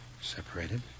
Separated